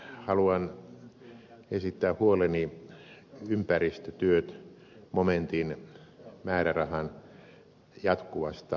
haluan esittää huoleni ympäristötyöt momentin määrärahan jatkuvasta vajauksesta